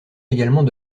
également